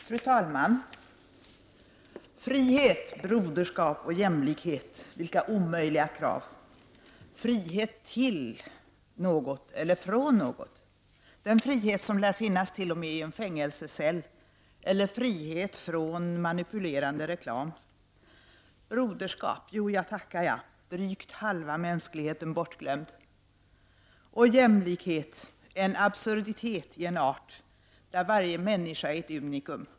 Fru talman! Frihet, broderskap och jämlikhet! Vilka omöjliga krav! Frihet till något eller från något? Den frihet som lär finnas t.o.m. i en fängelsecell eller frihet från manipulerande reklam? Broderskap -- jo, jag tackar jag, drygt halva mänskligheten bortglömd! Och jämlikhet -- en absurditet i en art, där varje människa är ett unikum.